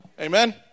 Amen